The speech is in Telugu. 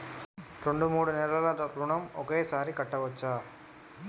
రెండు మూడు నెలల ఋణం ఒకేసారి కట్టచ్చా?